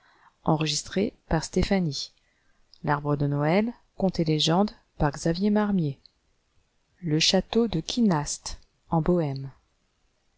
le château de kynast en bohème